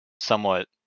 somewhat